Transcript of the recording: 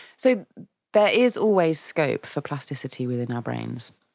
so there is always scope for plasticity within our brains,